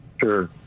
Sure